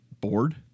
bored